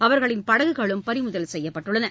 அவர்களின் படகுகளும் பறிமுதல் செய்யப்பட்டன